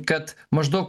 kad maždaug